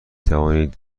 توانید